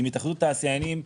עם התאחדות התעשיינים,